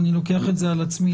ואני לוקח את זה על עצמי,